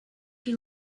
you